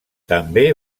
també